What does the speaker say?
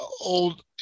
old